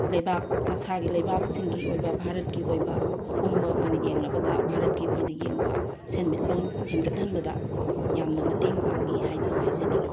ꯂꯩꯕꯥꯛ ꯃꯁꯥꯒꯤ ꯂꯩꯕꯥꯛꯁꯤꯡꯒꯤ ꯑꯣꯏꯕ ꯚꯥꯔꯠꯀꯤ ꯑꯣꯏꯕ ꯑꯄꯨꯝꯕ ꯑꯣꯏꯅ ꯌꯦꯡꯂꯕꯗ ꯚꯥꯔꯠꯀꯤ ꯑꯣꯏꯅ ꯌꯦꯡꯕ ꯁꯦꯟꯃꯤꯠꯂꯣꯟ ꯍꯦꯟꯒꯠꯍꯟꯕꯗ ꯌꯥꯝꯅ ꯃꯇꯦꯡ ꯄꯥꯡꯉꯤ ꯍꯥꯏꯅ ꯍꯥꯏꯖꯅꯤꯡꯉꯤ